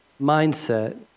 mindset